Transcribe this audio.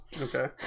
Okay